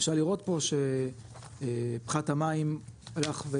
אפשר לראות פה שפחת המים הלך,